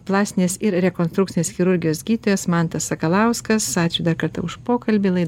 plastinės ir rekonstrukcinės chirurgijos gydytojas mantas sakalauskas ačiū dar kartą už pokalbį laidą